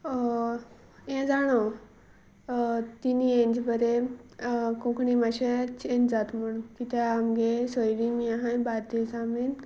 हें जाणो तिनी हेंज बरें कोंकणी मातशे चेंज जाता म्हूण कित्या आमगे सोयरी बी हहय बार्देसां बीन